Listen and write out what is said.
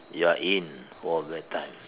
you are in for a bad time